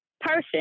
person